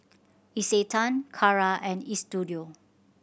Isetan Kara and Istudio